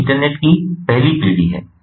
यह इंटरनेट की पहली पीढ़ी है